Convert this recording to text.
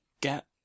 get